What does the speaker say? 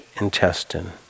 intestine